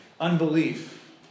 Unbelief